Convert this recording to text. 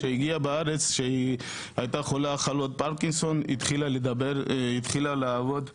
כשהגיעה לארץ כשחלתה במחלת הפרקינסון התחילה לעבוד כמטפלת,